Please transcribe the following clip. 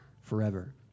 forever